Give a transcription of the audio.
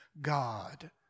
God